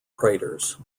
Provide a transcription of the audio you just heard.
craters